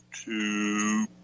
two